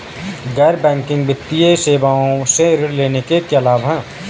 गैर बैंकिंग वित्तीय सेवाओं से ऋण लेने के क्या लाभ हैं?